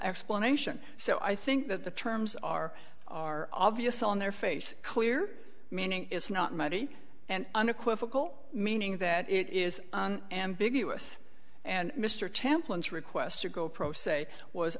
explanation so i think that the terms are are obvious on their face clear meaning it's not muddy and unequivocal meaning that it is ambiguous and mr template requests to go pro se was